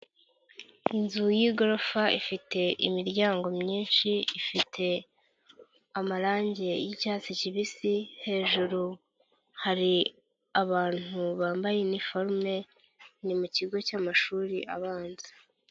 Inzu y'igorofa ifite imiryango myinshi, ifite amarangi y'icyatsi kibisi, hejuru hari abantu bambaye iniforume, ni mu kigo cy'amashuri abanza.